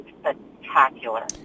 spectacular